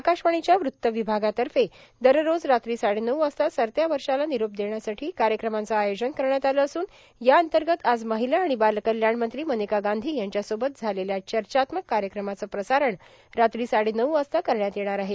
आकाशवाणीच्या वृत्त विभागातर्फे दररोज रात्री साडेनऊ वाजता सरत्या वर्षाला निरोप देण्यासाठी कार्यक्रमांचं आयोजन करण्यात आलं असून या अंतर्गत आज महिला आणि बालकल्याण मंत्री मनेका गांधी यांच्यासोबत झालेल्या चर्चात्मक कार्यक्रमाचं प्रसारण रात्री साडेनऊ वाजता करण्यात येणार आहे